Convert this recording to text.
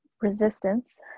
resistance